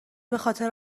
بخاطر